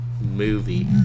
movie